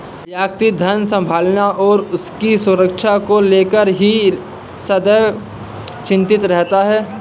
व्यक्ति धन संभालने और उसकी सुरक्षा को लेकर ही सदैव चिंतित रहता है